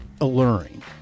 alluring